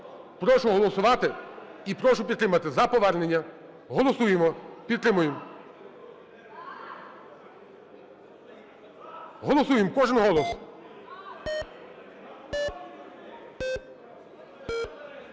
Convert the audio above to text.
Прошу голосувати і прошу підтримати за повернення. Голосуємо, підтримуємо. Голосуємо! Кожен голос.